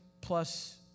plus